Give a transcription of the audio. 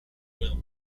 oil